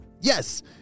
Yes